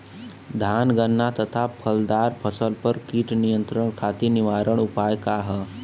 धान गन्ना तथा फलदार फसल पर कीट नियंत्रण खातीर निवारण उपाय का ह?